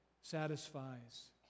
satisfies